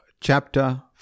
chapter